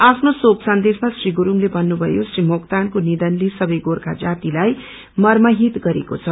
आफ्नो शेक सन्देशमा श्री गुस्डले भन्जुभयो श्री मोक्तानको नियनले सवै गोर्खा जातिलाई मर्ताहित गरेको छ